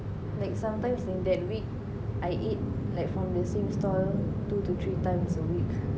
like sometimes in that week I eat like from the same stall two to three times a week